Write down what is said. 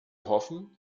hoffen